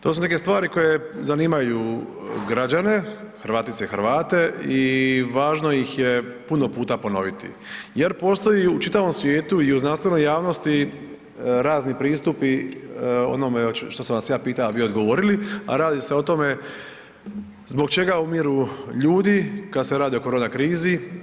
To su neke stvari koje zanimaju građane, Hrvatice i Hrvate i važno ih je puno puta ponoviti jer postoji u čitavom svijetu i u znanstvenoj javnosti razni pristupi onome što sam vas ja pitao, a vi odgovorili, a radi se o tome zbog čega umiru ljudi kad se radi o korona krizi?